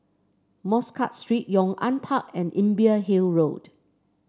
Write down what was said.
Muscat Street Yong An Park and Imbiah Hill Road